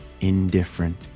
indifferent